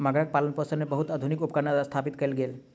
मगरक पालनपोषण मे बहुत आधुनिक उपकरण स्थापित कयल गेल